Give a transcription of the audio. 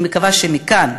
אני מקווה שמכאן,